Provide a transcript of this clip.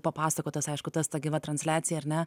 papasakotas aišku tas ta gyva transliacija ar ne